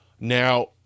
Now